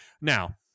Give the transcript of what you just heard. Now